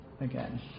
again